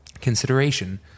consideration